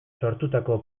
sortutako